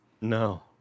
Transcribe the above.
no